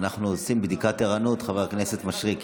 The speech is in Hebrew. אנחנו עושים בדיקת ערנות, חבר הכנסת מישרקי.